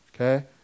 Okay